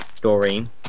Doreen